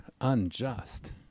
unjust